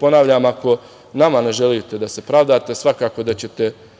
Ponavljam, ako nama ne želite da se pravdate, moraćete